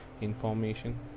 information